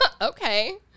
Okay